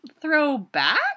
Throwback